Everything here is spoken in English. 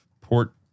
port